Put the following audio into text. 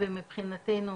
ומבחינתנו,